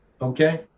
okay